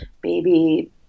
baby